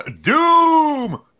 Doom